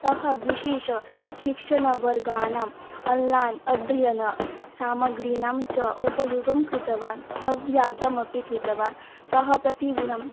सः विशेषशिक्षणवर्गाणाम् अन्ल्लान् अध्ययनसामग्रीणां च उपयोगं कृतवान् अभ्यासमपि कृतवान् सः प्रतिदिनं